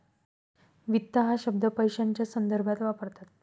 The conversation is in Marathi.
वित्त हा शब्द पैशाच्या संदर्भात वापरतात